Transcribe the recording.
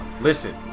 Listen